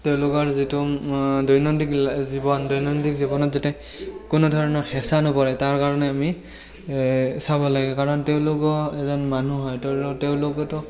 তেওঁলোকৰ যিটো দৈনন্দিন জীৱন দৈনন্দিন জীৱনত যাতে কোনোধৰণৰ হেঁচা নপৰে তাৰ কাৰণে আমি চাব লাগে কাৰণ তেওঁলোকো এজন মানুহ হয় তেওঁলোকোতো